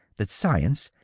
that science,